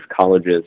colleges